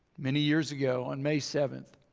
many years ago on may seventh,